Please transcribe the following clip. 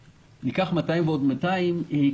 ניקח 200 מיליון ועוד 200 מיליון,